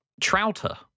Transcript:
Trouter